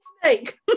Snake